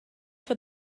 for